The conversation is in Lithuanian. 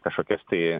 kažkokias tai